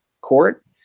court